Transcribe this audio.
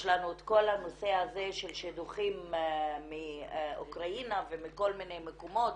יש לנו את כל הנושא הזה של שידוכים מאוקראינה ומכל מיני מקומות